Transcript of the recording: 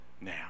now